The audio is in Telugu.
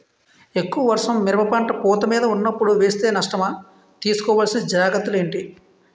ఎక్కువ వర్షం మిరప పంట పూత మీద వున్నపుడు వేస్తే నష్టమా? తీస్కో వలసిన జాగ్రత్తలు ఏంటి?